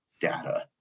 data